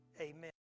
Amen